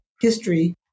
history